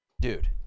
Dude